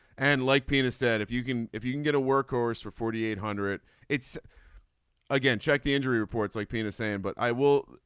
and like peter said if you can if you can get a workhorse for forty eight hundred it it's again check the injury reports like peter's saying but i will.